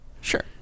Sure